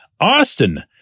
Austin